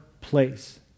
place